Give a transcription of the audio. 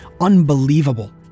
unbelievable